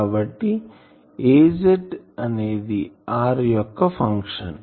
కాబట్టి Az అనేది r యొక్క ఫంక్షన్